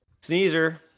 Sneezer